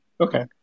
Okay